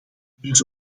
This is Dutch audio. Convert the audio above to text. dus